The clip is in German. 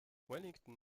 wellington